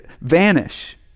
vanish